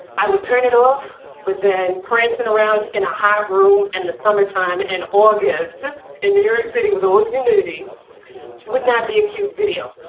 i would turn it off but then prancing around in a hot room in the summertime and august in new york city with all this humidity would not be a cute video.